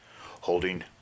holding